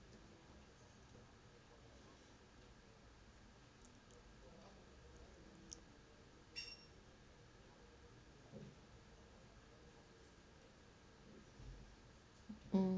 mm